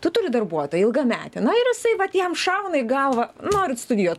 tu turi darbuotoją ilgametį na ir jisai vat jam šauna į galvą noriu studijuot